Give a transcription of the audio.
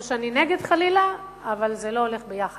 לא שאני נגד חלילה, אבל זה לא הולך ביחד.